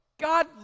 God